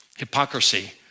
Hypocrisy